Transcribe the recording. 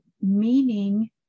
meaning